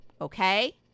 okay